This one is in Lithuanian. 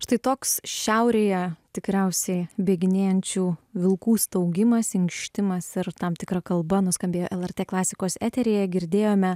štai toks šiaurėje tikriausiai bėginėjančių vilkų staugimas inkštimas ir tam tikra kalba nuskambėjo lrt klasikos eteryje girdėjome